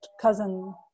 cousin